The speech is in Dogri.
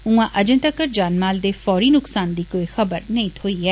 उयां अजें तक्कर जानमाल दे फौरी नुक्सान दी कोई खबर नेई थ्होई ऐ